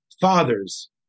fathers